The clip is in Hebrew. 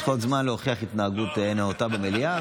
יש לך עוד זמן להוכיח התנהגות נאותה במליאה,